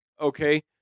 okay